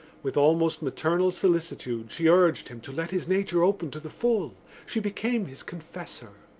with almost maternal solicitude she urged him to let his nature open to the full she became his confessor.